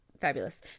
fabulous